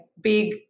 big